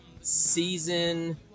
season